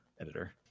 editor